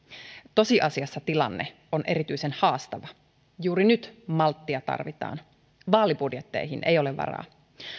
tosiasiassa tilanne on erityisen haastava juuri nyt malttia tarvitaan vaalibudjetteihin ei ole varaa